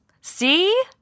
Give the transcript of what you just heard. See